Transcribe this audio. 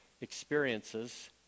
experiences